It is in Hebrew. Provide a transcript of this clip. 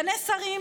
סגני שרים,